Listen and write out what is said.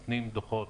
נותנים דוחות